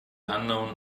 unknown